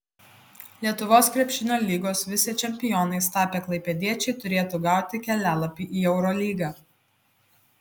lietuvos krepšinio lygos vicečempionais tapę klaipėdiečiai turėtų gauti kelialapį į eurolygą